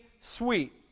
sweet